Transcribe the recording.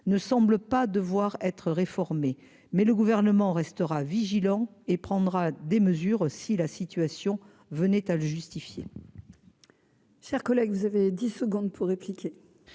ne semble pas devoir être réformé, mais le gouvernement restera vigilant et prendra des mesures si la situation venait à le justifier.